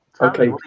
Okay